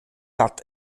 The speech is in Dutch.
dat